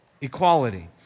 Equality